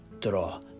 draw